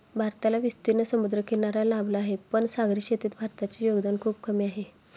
भारताला विस्तीर्ण समुद्रकिनारा लाभला आहे, पण सागरी शेतीत भारताचे योगदान खूप कमी आहे